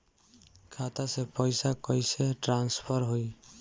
खाता से पैसा कईसे ट्रासर्फर होई?